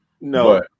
No